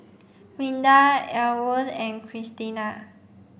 Rinda Ellwood and Cristina